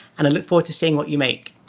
and i look forward to seeing what you make.